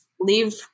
leave